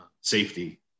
safety